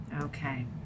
Okay